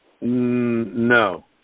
No